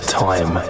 time